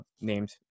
named